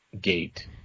gate